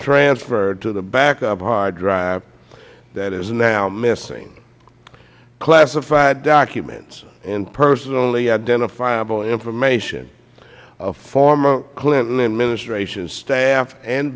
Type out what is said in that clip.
transferred to the backup hard drive that is now missing classified documents and personally identifiable information of former clinton administration staff and